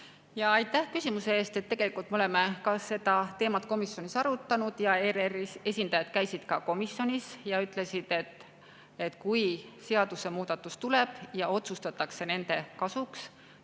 Aitäh küsimuse eest! Me oleme seda teemat komisjonis arutanud. ERR‑i esindajad käisid komisjonis ja ütlesid, et kui seadusemuudatus tuleb ja otsustatakse nende kasuks,